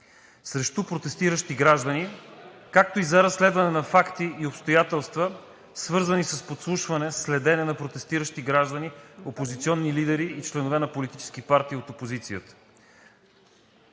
срещу протестиращи граждани, както и за разследване на факти и обстоятелства, свързани с подслушване и следене на протестиращи граждани, опозиционни лидери и членове на политически партии от опозицията.